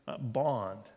bond